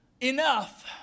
enough